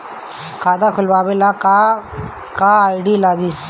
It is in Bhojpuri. खाता खोलाबे ला का का आइडी लागी?